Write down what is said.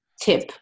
tip